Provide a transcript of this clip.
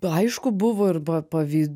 aišku buvo ir pa pavy